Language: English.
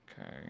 Okay